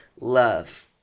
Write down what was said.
love